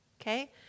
okay